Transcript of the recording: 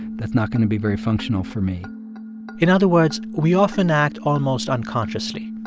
that's not going to be very functional for me in other words, we often act almost unconsciously.